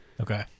Okay